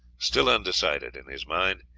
still undecided in his mind,